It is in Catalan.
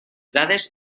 dades